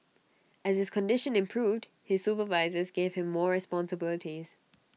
as his condition improved his supervisors gave him more responsibilities